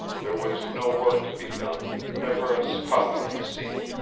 there was no work to be done, never a spout on the sea.